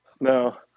no